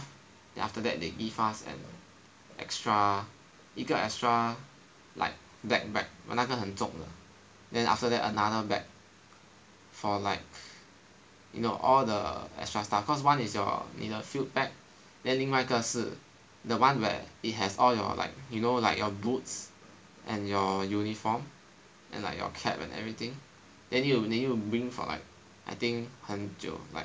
then after that they give us extra 一个 extra like black bag !wah! 那个很重的 then after that another bag for like you know all the extra stuff cause one is your 你的 field pack then 另外一个是 the one where it has all your like you know like your boots and your uniform and like your cap and everything then you will you will bring for like I think 很久 like